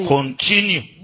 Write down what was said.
continue